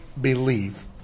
believe